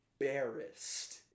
embarrassed